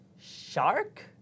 Shark